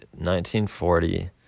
1940